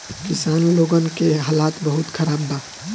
किसान लोगन के हालात बहुत खराब बा